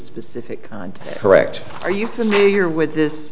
specific and correct are you familiar with this